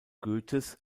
goethes